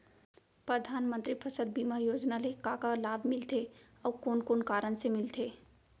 परधानमंतरी फसल बीमा योजना ले का का लाभ मिलथे अऊ कोन कोन कारण से मिलथे?